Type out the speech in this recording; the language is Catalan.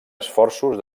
esforços